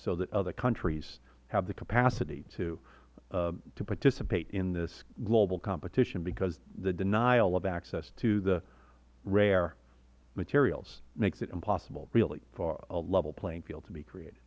so that other countries have the capacity to participate in this global competition because the denial of access to the rare materials makes it impossible really for a level playing field to be creat